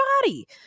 body